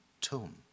tone